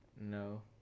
No